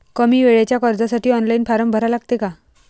कमी वेळेच्या कर्जासाठी ऑनलाईन फारम भरा लागते का?